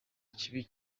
kibi